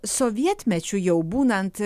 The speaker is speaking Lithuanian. sovietmečiu jau būnant